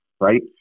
right